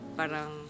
parang